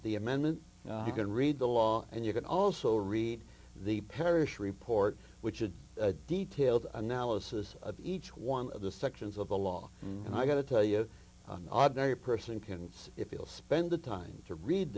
the amendment you can read the law and you can also read the parish report which is a detailed analysis of each one of the sections of the law and i got to tell you a person can see if he'll spend the time to read